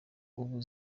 ubu